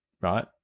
right